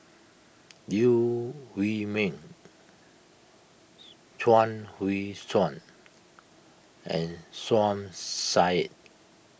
Liew Wee Mee Chuang Hui Tsuan and Som Said